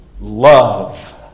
Love